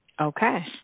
Okay